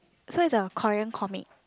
so is a Korean comic